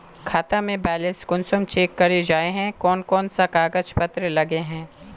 खाता में बैलेंस कुंसम चेक करे जाय है कोन कोन सा कागज पत्र लगे है?